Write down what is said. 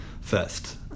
first